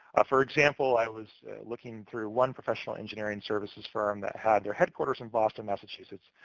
ah for example, i was looking through one professional engineering services firm that had their headquarters in boston, massachusetts,